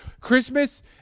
Christmas